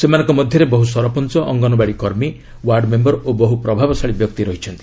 ସେମାନଙ୍କ ମଧ୍ୟରେ ବହୁ ସରପଞ୍ଚ ଅଙ୍ଗନବାଡ଼ି କର୍ମୀ ୱାର୍ଡ଼ମେୟର ଓ ବହୁ ପ୍ରଭାବଶାଳୀ ବ୍ୟକ୍ତି ରହିଛନ୍ତି